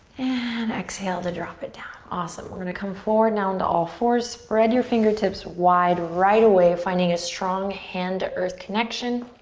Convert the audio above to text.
and exhale to drop it down. awesome. we're gonna come forward now on to all fours. spread your fingertips wide right away, finding a strong hand-to-earth connection.